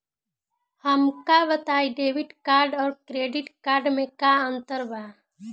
हमका बताई debit card और क्रेडिट कार्ड में का अंतर बा?